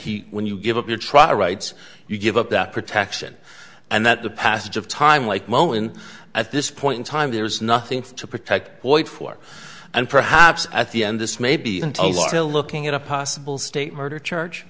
he when you give up your trial rights you give up that protection and that the passage of time like mowen at this point in time there is nothing to protect boyd for and perhaps at the end this may be into law to looking at a possible state murder